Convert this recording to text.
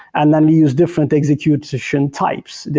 and then you use different execution types.